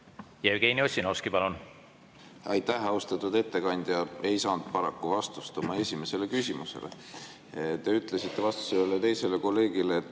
Jevgeni Ossinovski, palun! Aitäh, austatud ettekandja! Ei saanud paraku vastust oma esimesele küsimusele. Te ütlesite vastuses ühele kolleegile, et